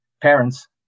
parents